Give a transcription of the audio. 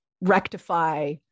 rectify